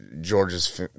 George's